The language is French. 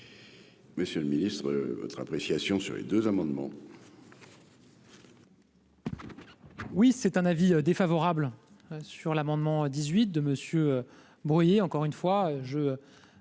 Monsieur le Ministre votre appréciation sur les deux amendements.